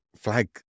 flag